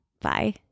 bye